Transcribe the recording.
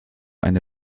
eine